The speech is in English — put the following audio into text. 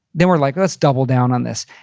then we're like, let's double down on this.